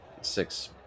Six